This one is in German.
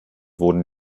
wurden